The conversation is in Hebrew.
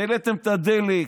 העליתם את הדלק,